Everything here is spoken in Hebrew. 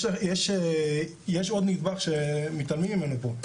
יש עוד נדבך שמתעלמים ממנו פה,